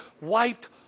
wiped